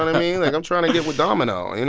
and mean? like, i'm trying to get with domino, you know?